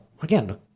again